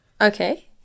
Okay